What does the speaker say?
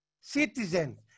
citizens